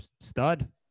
stud